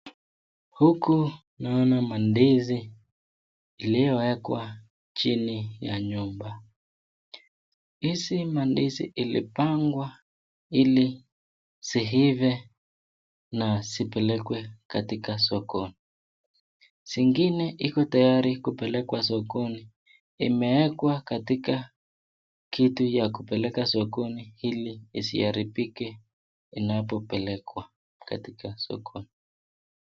Huku naona mandizi, iliyowekwa chini ya nyumba. Hizi mandizi ilipangwa ili ziive na zipelekwe katika soko. Zingine iko tayari kupelekwa sokoni, imewekwa katika kitu ya kupeleka sokoni ili isiharibike inapopelekwa katika sokoni.